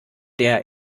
der